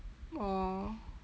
oh